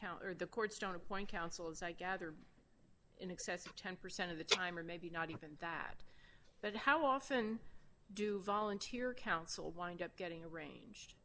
counter the courts don't appoint counsel as i gather in excess of ten percent of the time or maybe not even that but how often do volunteer counsel wind up getting arranged